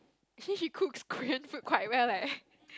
since she cooks Korean food quite well like